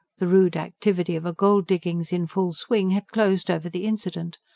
the rude activity of a gold-diggings in full swing had closed over the incident,